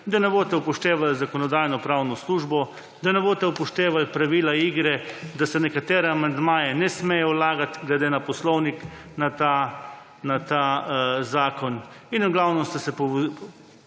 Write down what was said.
da ne boste upoštevali Zakonodajno-pravno službo, da ne boste upoštevali pravila igre, da se nekatere amandmaje ne sme vlagati glede na Poslovnik na ta zakon in v glavnem ste zamahnili